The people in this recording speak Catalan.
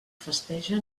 festeja